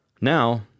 Now